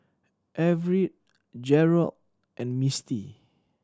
Everette Jerold and Mistie